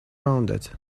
rounded